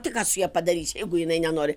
tai ką su ja padarysi jeigu jinai nenori